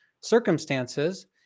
circumstances